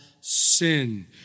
sin